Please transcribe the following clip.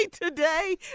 today